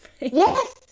Yes